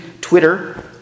Twitter